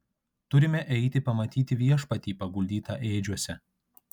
turime eiti pamatyti viešpatį paguldytą ėdžiose